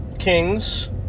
Kings